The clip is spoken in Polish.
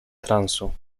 transu